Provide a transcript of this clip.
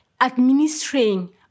administering